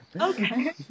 Okay